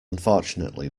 unfortunately